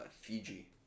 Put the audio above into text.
Fiji